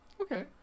Okay